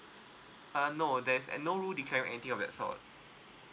uh no there's no rule declare on anything of that sort